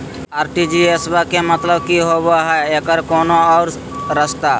RTGS बा के मतलब कि होबे हय आ एकर कोनो और रस्ता?